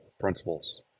principles